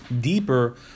deeper